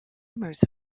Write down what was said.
rumors